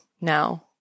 now